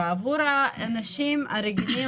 ועבור האנשים הרגילים,